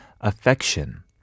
affection